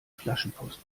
flaschenpost